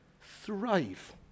Thrive